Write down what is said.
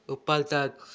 ऊपर तक